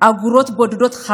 וחסרות לה אגורות בודדות,